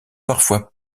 parfois